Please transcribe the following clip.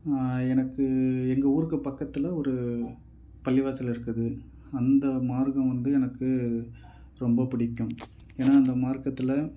நான் எனக்கு எங்கள் ஊருக்கு பக்கத்தில் ஒரு பள்ளிவாசல் இருக்குது அந்த மார்கம் வந்து எனக்கு ரொம்ப பிடிக்கும் ஏன்னா அந்த மார்க்கத்தில்